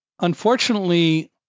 unfortunately